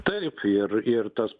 taip ir ir tas